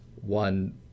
one